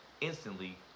instantly